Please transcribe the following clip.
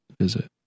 visit